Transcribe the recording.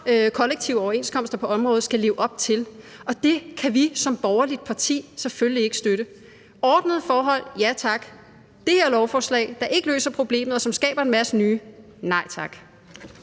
kollektive overenskomster på området skal leve op til. Det kan vi som borgerligt parti selvfølgelig ikke støtte. Ordnede forhold: ja tak! Det her lovforslag, der ikke løser problemet, og som skaber en masse nye: nej tak!